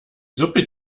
suppe